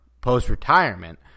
post-retirement